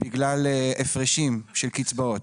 בגלל הפרשים של קצבאות.